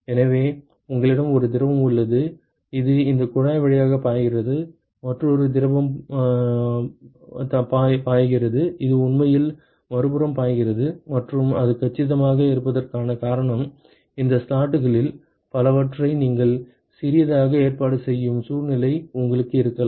எனவே உங்களிடம் ஒரு திரவம் உள்ளது இது இந்த குழாய் வழியாக பாய்கிறது மற்றொரு பாயும் திரவம் பாய்கிறது இது உண்மையில் மறுபுறம் பாய்கிறது மற்றும் அது கச்சிதமாக இருப்பதற்கான காரணம் இந்த ஸ்லாட்டுகளில் பலவற்றை நீங்கள் சிறியதாக ஏற்பாடு செய்யும் சூழ்நிலை உங்களுக்கு இருக்கலாம்